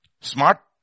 Smart